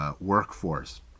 workforce